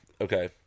okay